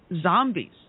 zombies